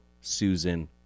Susan